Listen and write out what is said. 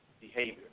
behavior